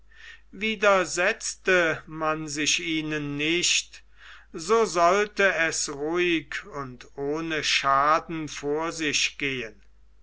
widersetzte man sich ihnen nicht so sollte es ruhig und ohne schaden vor sich gehen